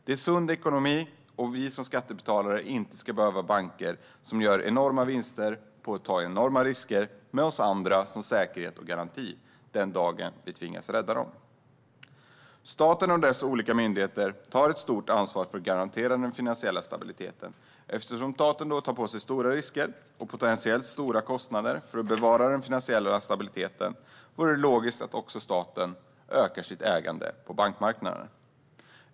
Det är sund ekonomi om vi som skattebetalare inte behöver rädda de banker som gör enorma vinster på att ta enorma risker med oss andra som säkerhet och garanti den dagen vi tvingas rädda dem. Staten och dess olika myndigheter tar ett stort ansvar för att garantera den finansiella stabiliteten. Eftersom staten tar på sig stora risker och potentiellt stora kostnader för att bevara den finansiella stabiliteten vore det logiskt att staten också ökar sitt ägande på bankmarknaden.